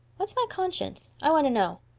what's my conscience? i want to know.